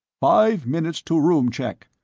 five minutes to room check.